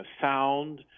sound